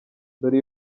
dore